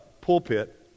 pulpit